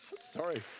Sorry